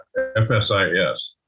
FSIS